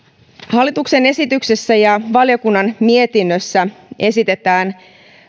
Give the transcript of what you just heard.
hallituksen esityksessä ja valiokunnan mietinnössä esitetään